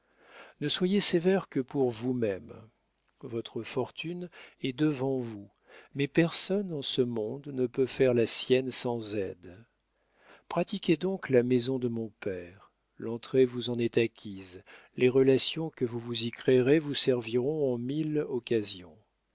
ne soyez sévère que pour vous-même votre fortune est devant vous mais personne en ce monde ne peut faire la sienne sans aide pratiquez donc la maison de mon père l'entrée vous en est acquise les relations que vous vous y créerez vous serviront en mille occasions